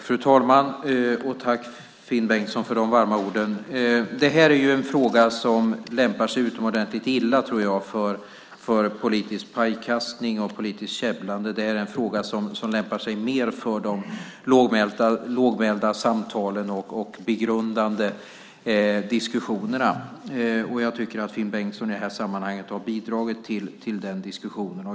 Fru talman! Jag tackar Finn Bengtsson för de varma orden. Detta är en fråga som jag tror lämpar sig utomordentligt illa för politisk pajkastning och politiskt käbblande. Det är en fråga som lämpar sig mer för de lågmälda samtalen och de begrundande diskussionerna. Jag tycker att Finn Bengtsson i detta sammanhang har bidragit till denna diskussion.